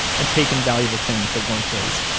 and taken valuable things that weren't his.